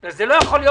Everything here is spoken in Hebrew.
בסדר.